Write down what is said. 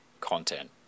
content